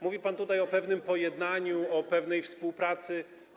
Mówił pan tutaj o pewnym pojednaniu, o pewnej współpracy.